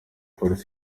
polisi